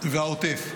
והעוטף.